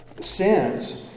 sins